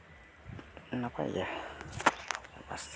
ᱱᱟᱯᱟᱭ ᱜᱮᱭᱟ